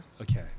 okay